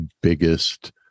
biggest